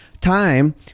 time